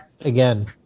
again